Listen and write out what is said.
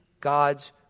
God's